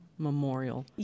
memorial